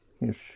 yes